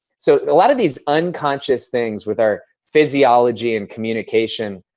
so a lot of these unconscious things with our physiology and communication,